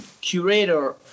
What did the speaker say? curator